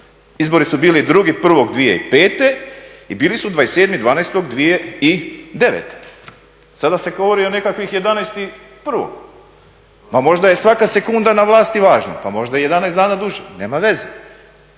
Izbori su bili 2.01.2005. i bili su 27.12.2009. Sada se govori o nekakvih 11.01. Pa možda je svaka sekunda na vlasti važna, pa možda i 11 dana duže, nema veze.